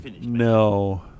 No